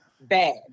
Bad